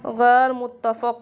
غیر متفق